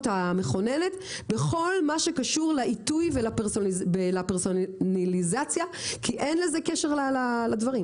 המכוננת בכול מה שקשור לעיתוי ולפרסונליזציה כי אין לזה קשר לדברים.